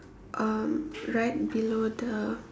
um right below the